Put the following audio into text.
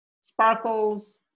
sparkles